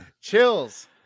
chills